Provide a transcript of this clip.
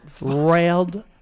Railed